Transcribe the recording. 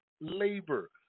labor